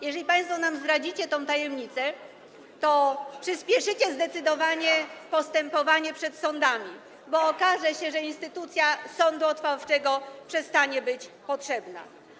Jeżeli państwo nam zdradzicie tę tajemnicę, to przyspieszycie zdecydowanie postępowanie przed sądami, bo okaże się, że instytucja sądu odwoławczego przestanie być potrzebna.